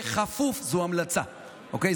בכפוף זו המלצה, אוקיי?